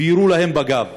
ויירו להם בגב.